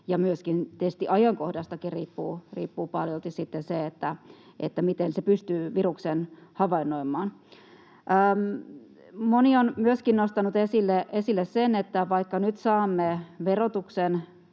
myöskin testiajankohdasta riippuu paljolti se, miten testi pystyy viruksen havainnoimaan. Moni on myöskin nostanut esille sen, että vaikka nyt saamme verokannan